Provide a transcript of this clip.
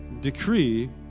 decree